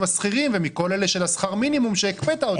השכירים ומכל אלה של שכר המינימום שהקפאת.